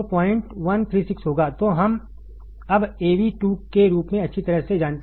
तो हम अब Av2 के रूप में अच्छी तरह से जानते हैं